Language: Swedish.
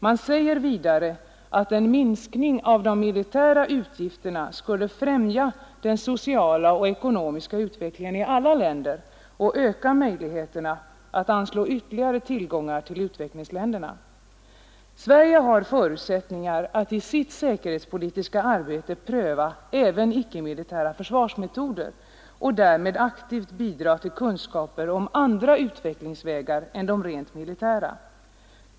Man säger vidare att en minskning av de militära utgifterna skulle främja den sociala och ekonomiska utvecklingen i alla länder och öka möjligheterna att anslå ytterligare tillgångar till utvecklingsländerna. Sverige har förutsättningar att i sitt säkerhetspolitiska arbete pröva även icke-militära försvarsmetoder och därmed aktivt bidra till kunskaper om andra utvecklingsvägar än de rent militära.